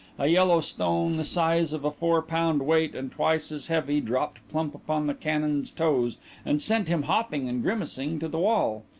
a yellow stone the size of a four-pound weight and twice as heavy dropped plump upon the canon's toes and sent him hopping and grimacing to the wall.